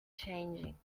changing